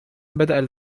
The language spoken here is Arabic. بدأ